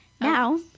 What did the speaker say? now